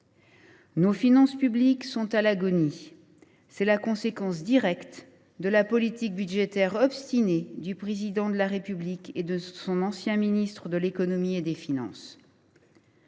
Ses finances publiques sont à l’agonie. C’est la conséquence directe de la politique budgétaire obstinée du Président de la République et de son ancien ministre de l’économie, des finances